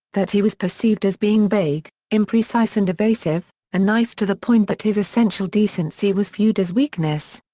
that he was perceived as being vague, imprecise and evasive and nice to the point that his essential decency was viewed as weakness.